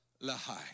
Lahai